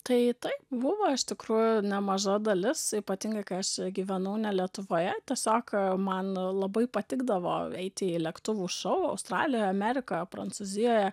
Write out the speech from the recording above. tai taip buvo iš tikrųjų nemaža dalis ypatingai kai aš gyvenau ne lietuvoje tiesiog man labai patikdavo eiti į lėktuvų šou australijoje amerikoje prancūzijoje